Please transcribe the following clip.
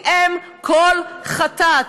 זה אם כל חטאת,